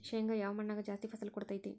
ಶೇಂಗಾ ಯಾವ ಮಣ್ಣಾಗ ಜಾಸ್ತಿ ಫಸಲು ಕೊಡುತೈತಿ?